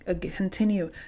continue